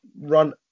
run